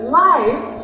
life